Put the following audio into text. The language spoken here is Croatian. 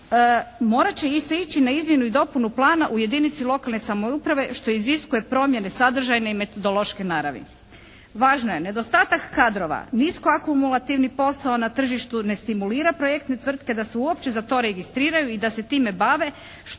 morat će se ići na izmjenu i dopunu plana u jedinici lokalne samouprave što iziskuje promjene sadržajne i metodološke naravi. Važno je nedostatak kadrova, nisko akumulativni posao na tržištu ne stimulira projektne tvrtke da se uopće za to registriraju i da se time bave